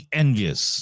envious